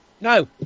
No